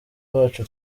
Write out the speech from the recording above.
bacu